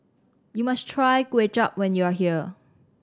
you must try Kway Chap when you are here